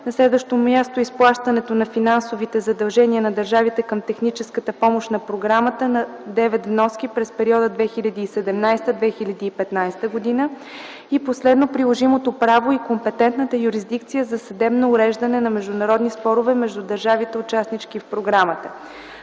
на нейна територия; 6. изплащането на финансовите задължения на държавите към техническата помощ на програмата на девет вноски през периода 2007-2015 г.; 7. приложимото право и компетентната юрисдикция за съдебно уреждане на международни спорове между държавите-участнички в програмата.